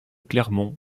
clermont